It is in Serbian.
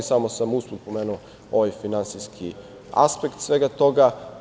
Samo sam usput pomenuo ovaj finansijski aspekt svega toga.